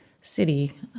city